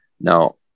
Now